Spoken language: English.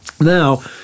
Now